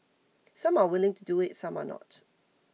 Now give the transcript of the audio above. some are willing to do it some are not